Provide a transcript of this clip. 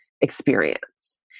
experience